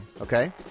okay